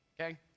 Okay